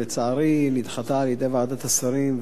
שלצערי נדחתה על-ידי ועדת השרים,